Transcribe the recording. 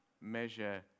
measure